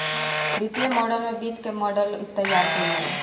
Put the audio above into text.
वित्तीय मॉडल में वित्त कअ मॉडल तइयार कईल जाला